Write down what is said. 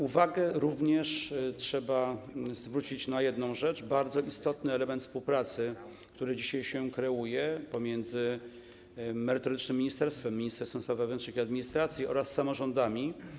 Uwagę trzeba również zwrócić na jedną rzecz: bardzo istotny element współpracy, który dzisiaj się kreuje, pomiędzy merytorycznym ministerstwem, Ministerstwem Spraw Wewnętrznych i Administracji, oraz samorządami.